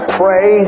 pray